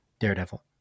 Daredevil